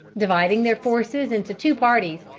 dividing their forces into two parties,